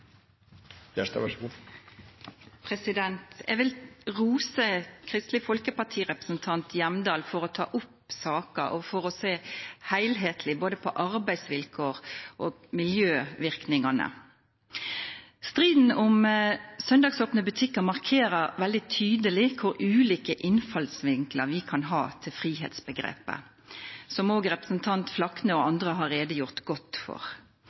Jeg vil rose Kristelig Folkeparti-representant Hjemdal for å ta opp saken, og for å se helhetlig på både arbeidsvilkår og miljøvirkninger. Striden om søndagsåpne butikker markerer veldig tydelig hvor ulike innfallsvinkler vi kan ha til frihetsbegrepet, som også representanten Flakne og andre har redegjort godt for.